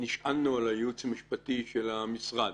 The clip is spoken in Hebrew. נשענו על הייעוץ המשפטי של המשרד,